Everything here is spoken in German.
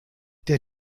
der